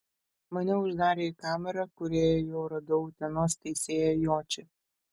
mane uždarė į kamerą kurioje jau radau utenos teisėją jočį